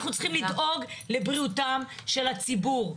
אנחנו צריכים לדאוג לבריאותם של הציבור,